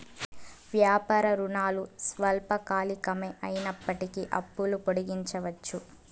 వ్యాపార రుణాలు స్వల్పకాలికమే అయినప్పటికీ అప్పులు పొడిగించవచ్చు